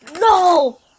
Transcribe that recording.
No